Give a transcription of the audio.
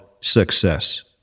success